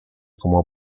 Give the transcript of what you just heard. como